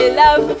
love